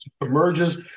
emerges